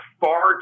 far